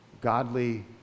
godly